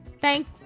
Thank